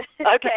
Okay